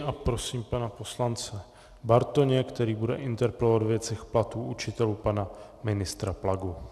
A prosím pana poslance Bartoně, který bude interpelovat ve věcech platů učitelů pana ministra Plagu.